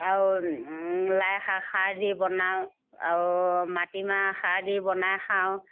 আৰু লাইশাক খাৰ দি বনাওঁ আৰু মাটিমাহ খাৰ দি বনাই খাওঁ